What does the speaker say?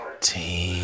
Team